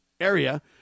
area